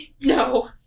No